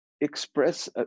express